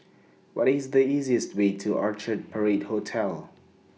What IS The easiest Way to Orchard Parade Hotel